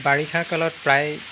বাৰিষাকালত প্ৰায়